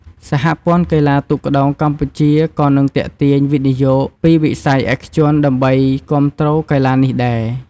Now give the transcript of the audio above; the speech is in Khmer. សហព័ន្ធកីឡាទូកក្ដោងកម្ពុជាក៏នឹងទាក់ទាញវិនិយោគពីវិស័យឯកជនដើម្បីគាំទ្រកីឡានេះដែរ។